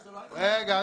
רגע,